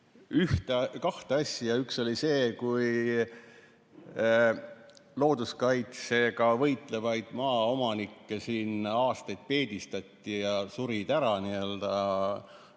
ühte-kahte asja. Üks oli see, kui looduskaitsega võitlevaid maaomanikke siin aastaid peedistati ja nad surid ära. Siis